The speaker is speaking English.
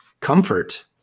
comfort